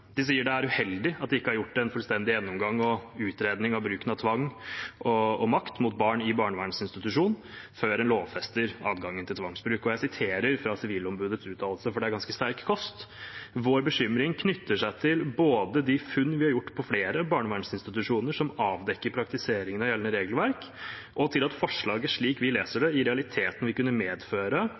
De sier det er uheldig at de ikke har gjort en fullstendig gjennomgang og utredning av bruken av tvang og makt mot barn i barnevernsinstitusjon før en lovfester adgangen til tvangsbruk. Jeg siterer fra Sivilombudets uttalelse, for det er ganske sterk kost. «Vår bekymring knytter seg både til de funn vi har gjort på flere barnevernsinstitusjoner som avdekker praktiseringen av gjeldende regelverk, og til at forslaget, slik vi leser det, i realiteten vil kunne videreføre og i noen tilfeller medføre